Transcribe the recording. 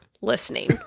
listening